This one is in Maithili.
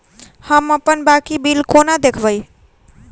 हम अप्पन बाकी बिल कोना देखबै?